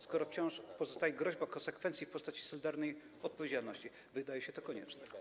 Skoro wciąż pozostaje groźba konsekwencji w postaci solidarnej odpowiedzialności, wydaje się to konieczne.